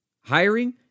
Hiring